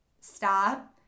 Stop